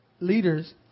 leaders